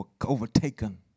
overtaken